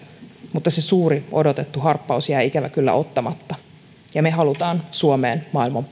mutta se suuri odotettu harppaus jää ikävä kyllä ottamatta me haluamme suomeen maailman